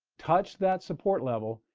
touched that support level,